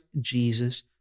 Jesus